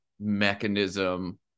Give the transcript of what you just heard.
mechanism